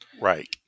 Right